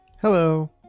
Hello